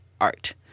art